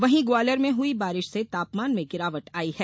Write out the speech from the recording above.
वहीं ग्वालियर में हुई बारिश ने तापमान में गिरावट लाई है